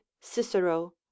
cicero